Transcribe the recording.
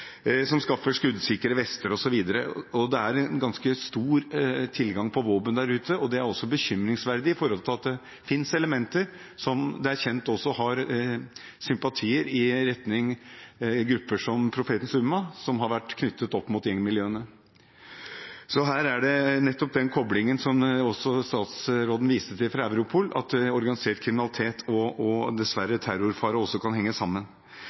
som skaffer skuddsikre vester osv. Det er ganske stor tilgang på våpen der ute, og det er også bekymringsfullt i forhold til at det finnes elementer som det er kjent også har sympatier i retning grupper som Profetens Ummah, som har vært knyttet opp mot gjengmiljøene. Her er nettopp den koblingen som også statsråden viste til fra Europol, at organisert kriminalitet og terrorfare dessverre kan henge sammen.